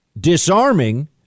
disarming